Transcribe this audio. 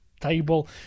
table